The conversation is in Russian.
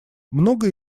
многое